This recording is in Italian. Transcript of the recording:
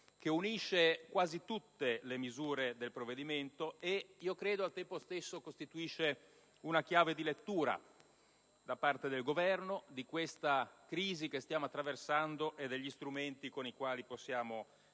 che unisce quasi tutte le misure del provvedimento e, credo, al tempo stesso costituisce una chiave di lettura da parte del Governo di questa crisi che stiamo attraversando e degli strumenti con i quali possiamo farvi